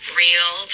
real